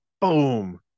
boom